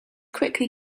quickly